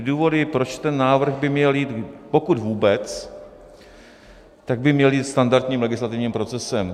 Důvody, proč ten návrh by měl jít pokud vůbec, tak by měl jít standardním legislativním procesem.